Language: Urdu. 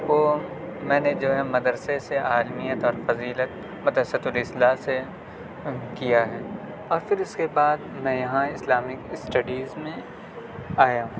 وہ میں نے جو ہے مدرسے سے عالمیت اور فضیلت مدرسۃ الاصلاح سے کیا ہے اور پھر اس کے بعد میں یہاں اسلامک اسٹڈیز میں آیا